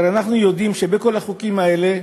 הרי אנחנו יודעים שבכל החוקים האלה,